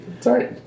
Sorry